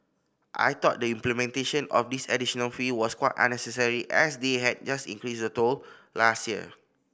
I thought the implementation of this additional fee was quite unnecessary as they had just increased the toll last year